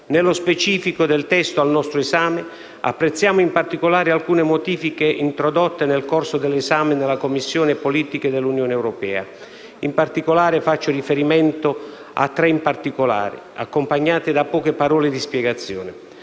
Nello specifico del testo al nostro esame, apprezziamo in particolare alcune modifiche introdotte nel corso dell'esame nella Commissione politiche dell'Unione europea. Faccio tre riferimenti in particolare, accompagnati da poche parole di spiegazione: